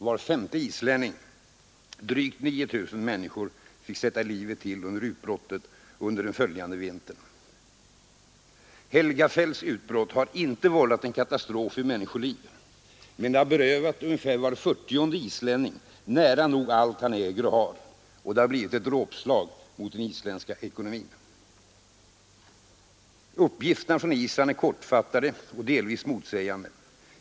Var femte islänning, mer än 9 000 människor, fick sätta livet till under utbrottet och under den följande vintern. Helgafells utbrott har inte vållat en katastrof i människoliv — men det har berövat ungefär var fyrtionde islänning nära nog allt han äger och har. Och det har blivit ett dråpslag mot den isländska ekonomin. Uppgifterna från Island är kortfattade och delvis motsägande.